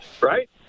right